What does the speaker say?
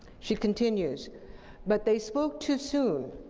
she continues but they spoke too soon.